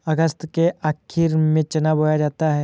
अगस्त के आखिर में चना बोया जाता है